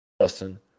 Justin